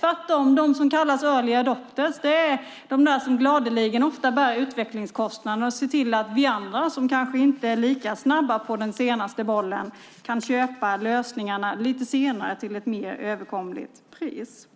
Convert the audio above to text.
Tvärtom, de som kallas early adopters är de som gladeligen ofta bär utvecklingskostnaderna och ser till att vi andra, som kanske inte är lika snabba på den senaste bollen, kan köpa lösningarna lite senare och till ett mer överkomligt pris.